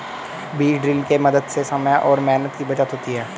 बीज ड्रिल के मदद से समय और मेहनत की बचत होती है